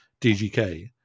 DGK